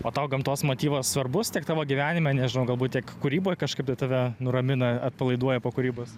o tau gamtos motyvas svarbus tiek tavo gyvenime nežinau galbūt tiek kūryboj kažkaip tai tave nuramina atpalaiduoja po kūrybos